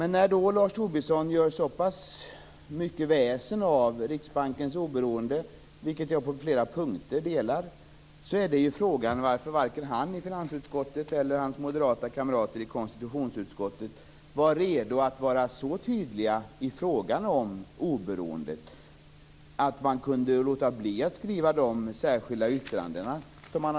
När Lars Tobisson gör så pass mycket väsen av Riksbankens oberoende, vilket är åsikter som jag på flera punkter delar, är frågan varför varken han i finansutskottet eller hans moderata kamrater i konstitutionsutskottet var redo att vara så tydliga i frågan om oberoendet att de lät bli att skriva de särskilda yttranden de skrivit.